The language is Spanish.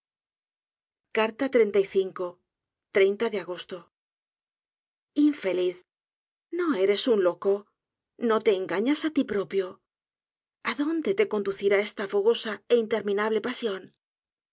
de agosto infeliz no eres loco no te engañas á ti propio a dónde te conducirá esta fogosa é interminable pasión